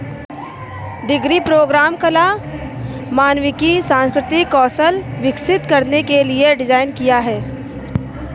degree programme कला, मानविकी, सांस्कृतिक कौशल विकसित करने के लिए डिज़ाइन किया है